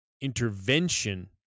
intervention